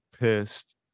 pissed